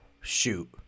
shoot